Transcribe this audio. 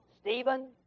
Stephen